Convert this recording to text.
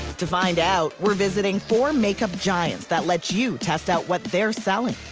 to find out, we're visiting four make-up giants that let you test out what they're selling.